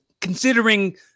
considering